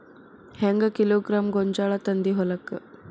ಹೆಂಗ್ ಕಿಲೋಗ್ರಾಂ ಗೋಂಜಾಳ ತಂದಿ ಹೊಲಕ್ಕ?